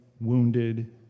wounded